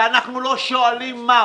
ואנחנו לא שואלים מה.